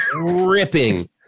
ripping